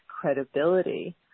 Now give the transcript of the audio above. credibility